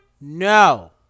No